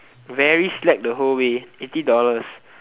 very slack the whole way eighty dollars